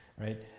right